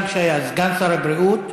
גם כשהיה סגן שר הבריאות.